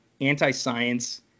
anti-science